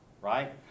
right